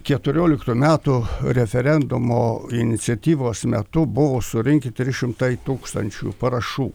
keturioliktų metų referendumo iniciatyvos metu buvo surinkti trys šimtai tūkstančių parašų